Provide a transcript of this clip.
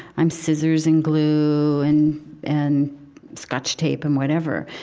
i'm scissors and glue, and and scotch tape, and whatever.